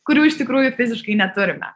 kurių iš tikrųjų fiziškai neturime